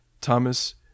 Thomas